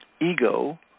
Ego